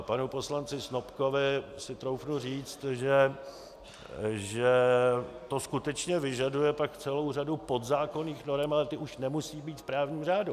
Panu poslanci Snopkovi si troufnu říct, že to skutečně vyžaduje pak celou řadu podzákonných norem, ale ty už nemusí být v právním řádu.